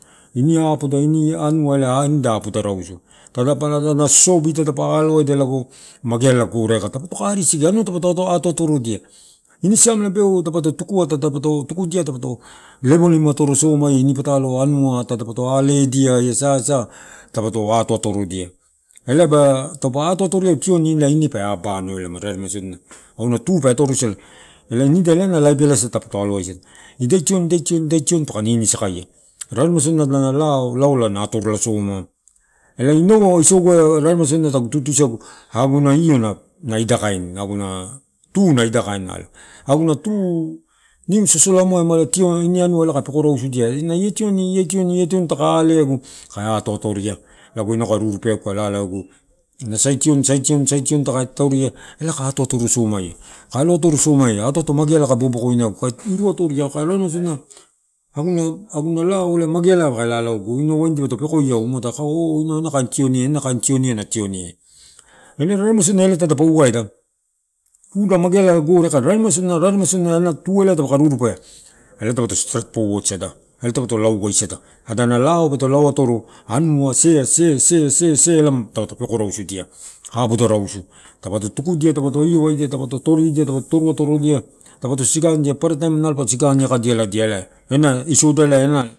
Ini apoda ini anua elae apoda rausu, tadupalama sosobi lo edia lago tapako ari sisiki ini simelaia dapato tukudia, tukudia lepolimu atorosomaina oh nu a tadapato aledia ia, sa, sa, puto ato atorodia elaba taupe atoria ela ine pe amalo ela. Mudo tupe atoroisala elai nida elana nida iai laip asa ta alo aisada ida tioni, tioni, tioni paka ninisakaia. raremai sodina ada lao, laolana magealasoma elai inau ai, isoguai tagu tutusagu aguna io nu idakain nalo aguna tu niu sosolamuai kae peko rausudia ine ia tioni ia tioni taka aleu kae atoutoria lago ina kae rupea kae lalaoegu na, sai, tioni, sai, tioni, sai, tioni elae kai atoria kae alo atoro somai. Kae inu atoria aguna laoai ela magealai ka lalauegu, inau dipoto pekoiau oh inau ena kain tioni, na tioni eh. Raremai sodina eh tadapa eh na, tuda mageala gore aika, raremai sodina elana tu eh dapaka rurupea. Ela dapo streit pout sada ela dapoto lauasada anua se, se, se, se elai tapoto peko rausudia taupoto tukudia, taupoto sigani, paparataim elae pa sigani akadialadia, ela isodue la, ela.